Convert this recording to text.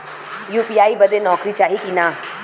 UPI बदे नौकरी चाही की ना?